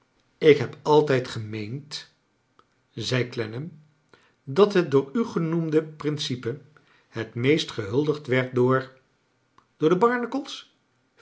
ik heb altijd gemeend zei clennam dat het door u genoemde principe het meest gehuldigd werd door door de